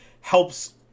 helps